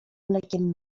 mlekiem